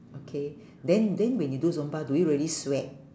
okay then then when you do zumba do you really sweat